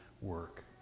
work